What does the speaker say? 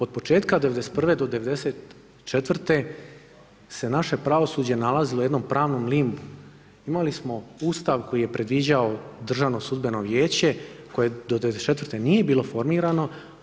Od početka 91. do 94. se naše pravosuđe nalazilo u jednom pravnom … imali smo Ustav koji je predviđao Državno sudbeno vijeće koje do 94. nije bilo formirano.